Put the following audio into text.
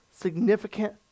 significant